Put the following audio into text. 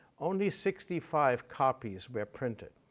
only sixty five copies were printed.